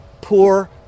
poor